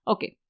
Okay